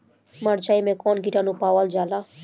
मारचाई मे कौन किटानु पावल जाला?